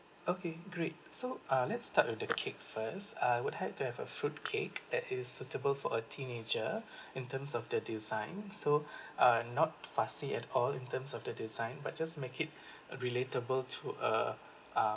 okay great so uh let's start with the cake first I would had to have a fruit cake that is suitable for a teenager in terms of the design so uh not fussy at all in terms of the design but just make it relatable to a um